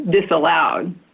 disallowed